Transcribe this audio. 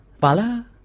pala